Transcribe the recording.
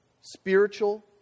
spiritual